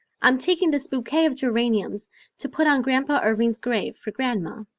i'm taking this bouquet of geraniums to put on grandpa irving's grave for grandma.